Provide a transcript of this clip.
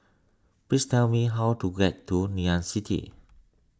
please tell me how to get to Ngee Ann City